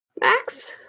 Max